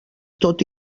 tot